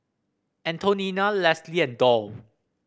Antonina Lesly and Doll